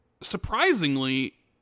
Surprisingly